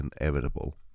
inevitable